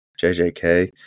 jjk